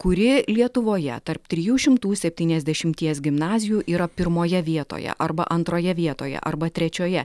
kuri lietuvoje tarp trijų šimtų septyniasdešimties gimnazijų yra pirmoje vietoje arba antroje vietoje arba trečioje